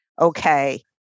okay